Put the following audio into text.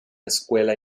escuela